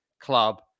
club